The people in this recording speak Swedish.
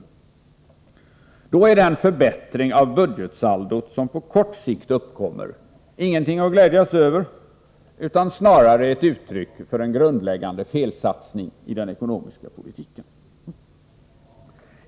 Då är den förbättring av budgetsaldot som på kort sikt uppkommer ingenting att glädjas över utan snarare ett uttryck för en grundläggande felsatsning i den ekonomiska politiken.